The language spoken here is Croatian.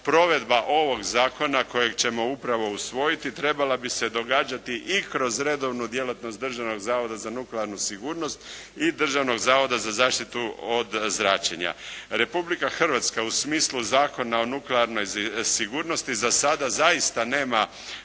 provedba ovog zakona kojeg ćemo upravu usvojiti trebala bi se događati i kroz redovnu djelatnost Državnog zavoda za nuklearnu sigurnost i Državnog zavoda za zaštitu od zračenja. Republika Hrvatska u smislu Zakona o nuklearnoj sigurnosti za sada zaista nema